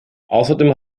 außerdem